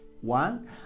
One